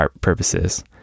purposes